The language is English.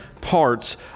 parts